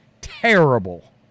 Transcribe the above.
Terrible